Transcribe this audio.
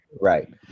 Right